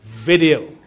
Video